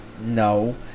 no